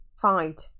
fight